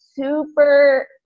super